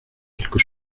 quelque